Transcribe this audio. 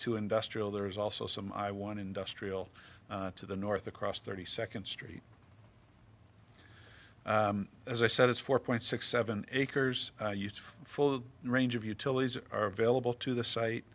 to industrial there is also some i want industrial to the north across thirty second street as i said it's four point six seven acres used for full range of utilities are available to the site